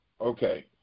Okay